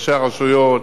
ראשי הרשויות,